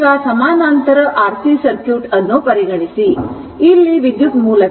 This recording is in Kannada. ಈಗ ಸಮಾನಾಂತರ RC ಸರ್ಕ್ಯೂಟ್ ಅನ್ನು ಪರಿಗಣಿಸಿ ಆದರೆ ಇಲ್ಲಿ ವಿದ್ಯುತ್ ಮೂಲವಿದೆ